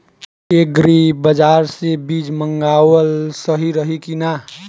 Agri बाज़ार से बीज मंगावल सही रही की ना?